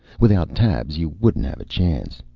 without tabs you wouldn't have a chance.